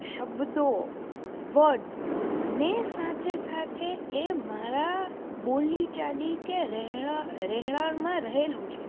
શબ્દો વર્ડ્સ ને સાથે સાથે એ મારા બોલી ચાલી કે રહેણા રહેણામાં રહેલું છે